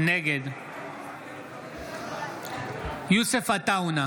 נגד יוסף עטאונה,